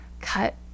cut